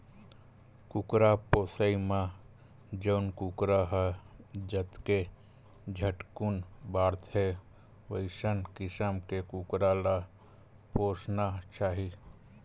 कुकरा पोसइ म जउन कुकरा ह जतके झटकुन बाड़थे वइसन किसम के कुकरा ल पोसना चाही